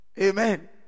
Amen